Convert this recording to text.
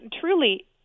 truly